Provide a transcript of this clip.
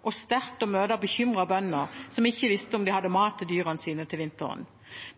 og sterkt å møte bekymrede bønder som ikke visste om de hadde mat til dyrene sine til vinteren.